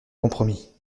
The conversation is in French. compromis